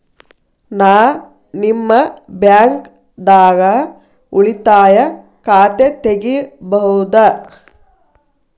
ನಾ ನಿಮ್ಮ ಬ್ಯಾಂಕ್ ದಾಗ ಉಳಿತಾಯ ಖಾತೆ ತೆಗಿಬಹುದ?